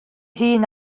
hun